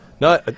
No